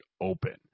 open